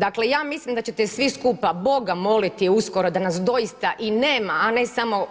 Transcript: Dakle, ja mislim da ćete svi skupa Boga moliti uskoro, da nas doista i nema, a ne samo i